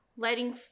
letting